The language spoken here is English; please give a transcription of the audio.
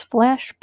Flash